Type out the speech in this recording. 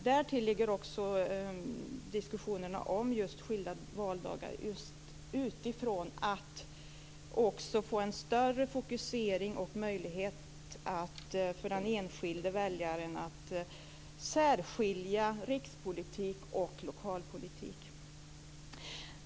Därtill kommer också diskussionerna om just skilda valdagar utifrån att man skall få en större fokusering på möjligheten för den enskilde väljaren att särskilja rikspolitik och lokalpolitik.